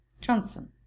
Johnson